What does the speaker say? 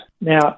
Now